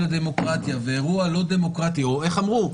הדמוקרטיה ואירוע לא דמוקרטי או איך אמרו?